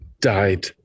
died